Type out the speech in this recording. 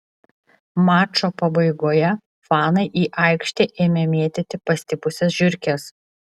mačo pabaigoje fanai į aikštę ėmė mėtyti pastipusias žiurkes